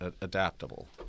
adaptable